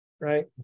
right